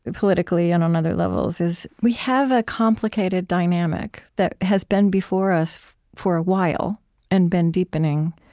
politically and on other levels, is, we have a complicated dynamic that has been before us for a while and been deepening,